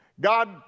God